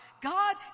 God